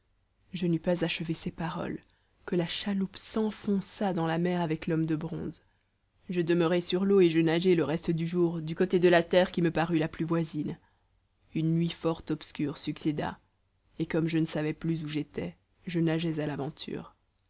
je n'eus pas achevé ces paroles que la chaloupe s'enfonça dans la mer avec l'homme de bronze je demeurai sur l'eau et je nageai le reste du jour du côté de la terre qui me parut la plus voisine une nuit fort obscure succéda et comme je ne savais plus où j'étais je nageais à l'aventure